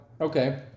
okay